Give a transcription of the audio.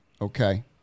Okay